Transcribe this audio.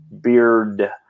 beard